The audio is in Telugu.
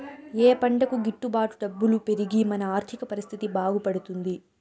ఏ పంటకు గిట్టు బాటు డబ్బులు పెరిగి మన ఆర్థిక పరిస్థితి బాగుపడుతుంది?